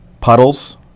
puddles